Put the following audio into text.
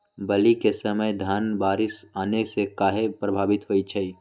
बली क समय धन बारिस आने से कहे पभवित होई छई?